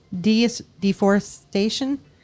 deforestation